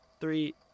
Three